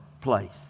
place